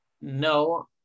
No